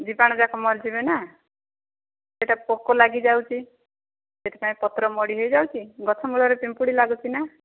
ଜୀବାଣୁ ଯାକ ମରିଯିବେ ନା ଏଇଟା ପୋକ ଲାଗି ଯାଉଛ ସେଥିପାଇଁ ପତ୍ର ମୋଡ଼ି ହେଇଯାଉଛି ଗଛ ମୂଳରେ ପିମ୍ପୁଡ଼ି ଲାଗୁଛି ନା